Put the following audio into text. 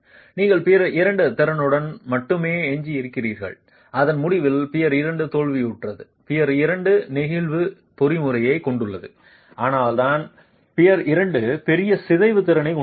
நீங்கள் பியர் 2 திறனுடன் மட்டுமே எஞ்சியிருக்கிறீர்கள் அதன் முடிவில் பியர் 2 தோல்வியுற்றது பியர் 2 நெகிழ்வு பொறிமுறையைக் கொண்டுள்ளது அதனால்தான் பியர் 2 பெரிய சிதைவு திறனைக் கொண்டுள்ளது